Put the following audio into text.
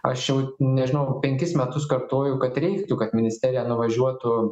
aš jau nežinau penkis metus kartoju kad reiktų kad ministerija nuvažiuotų